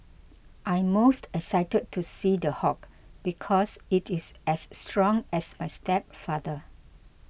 I'm most excited to see The Hulk because it is as strong as my stepfather